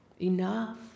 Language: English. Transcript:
Enough